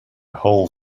whole